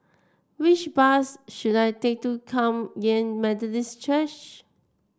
which bus should I take to Kum Yan Methodist Church